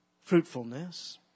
fruitfulness